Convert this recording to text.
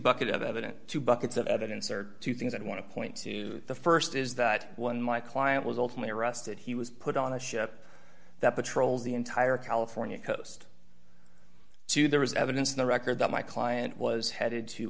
bucket of evidence two buckets of evidence or two things i want to point to the st is that when my client was ultimately arrested he was put on a ship that patrols the entire california coast to there was evidence in the record that my client was headed to